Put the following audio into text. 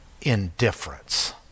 indifference